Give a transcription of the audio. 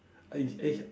I eh